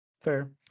Fair